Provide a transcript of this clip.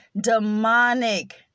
demonic